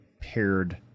paired